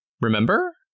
Remember